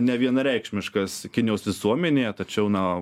nevienareikšmiškas kinijos visuomenėje tačiau na